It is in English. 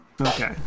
okay